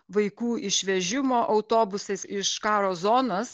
vaikų iš vežimo autobusais iš karo zonos